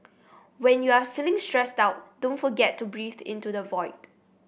when you are feeling stressed out don't forget to breathe into the void